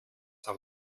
auf